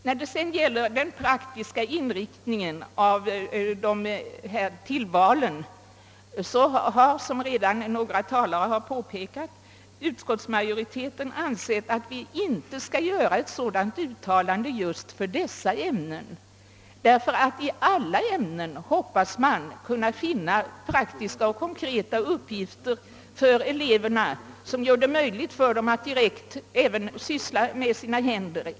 Vad sedan beträffar den praktiska inriktningen av tillvalen har utskottsmajoriteten funnit att vi inte skall göra ett sådant uttalande beträffande vissa ämnen, därför att man hoppas att i alla ämnen kunna finna praktiska och konkreta uppgifter för eleverna som gör det möjligt för dem att direkt även syssla med sina händer.